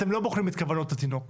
אתם לא בוחנים את כוונות התינוק,